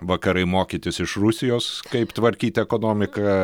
vakarai mokytis iš rusijos kaip tvarkyt ekonomiką